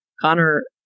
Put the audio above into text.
Connor